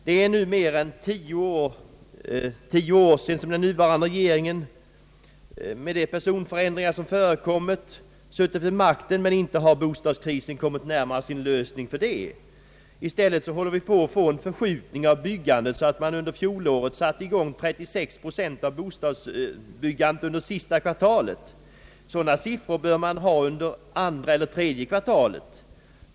Det är nu mer än tio år som den nuvarande regeringen — med de personförändringar som förekommit — suttit vid makten, men bostadskrisen har inte kommit närmare sin lösning för det. I stället håller vi på att få en förskjutning av byggandet, så att man under fjolåret satte i gång 36 procent av bostadsbyggandet under sista kvartalet. Sådana siffror bör man ha under andra eller tredje kvartalet.